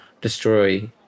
destroy